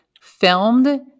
filmed